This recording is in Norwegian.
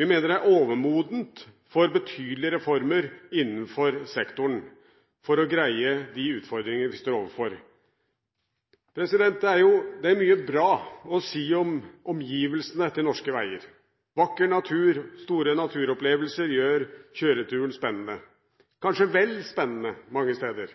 Vi mener tiden er overmoden for betydelige reformer innenfor sektoren for å greie de utfordringer vi står overfor. Det er mye bra å si om omgivelsene til norske veier. Vakker natur og store naturopplevelser gjør kjøreturen spennende – kanskje vel spennende mange steder.